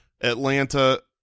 Atlanta